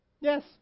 yes